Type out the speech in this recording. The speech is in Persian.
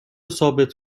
ثابت